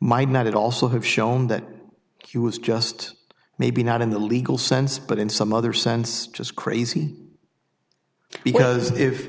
might not it also have shown that he was just maybe not in the legal sense but in some other sense just crazy because if